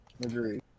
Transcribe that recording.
Agreed